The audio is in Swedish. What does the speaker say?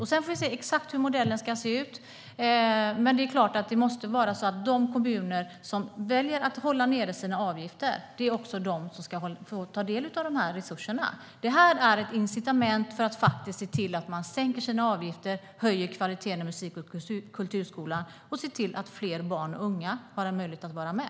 Vi får se exakt hur modellen ska ut, men det måste såklart vara så att de kommuner som väljer att hålla nere sina avgifter också är de som ska få ta del av resurserna. Det här är ett incitament för att se till att kommunerna sänker sina avgifter, höjer kvaliteten i musik och kulturskolan och ser till att fler barn och unga får möjlighet att vara med.